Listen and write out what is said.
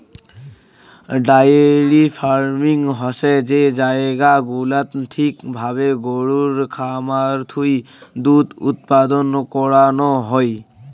diary farming হসে যে জায়গা গুলাত ঠিক ভাবে গরুর খামার থুই দুধ উৎপাদন করানো হুই